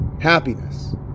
happiness